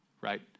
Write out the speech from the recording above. right